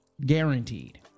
Guaranteed